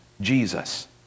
Jesus